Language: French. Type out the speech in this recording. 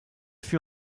fut